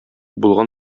булган